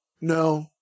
no